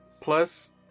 plus